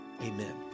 Amen